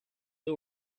who